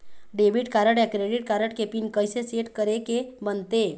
Debit card या credit card के PIN कइसे सेट करे के बनते?